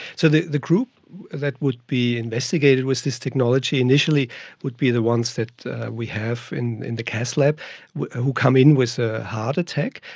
so the the group that would be investigated with this technology initially would be the ones that we have in in the cath lab who come in with a heart attack.